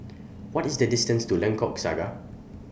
What IS The distance to Lengkok Saga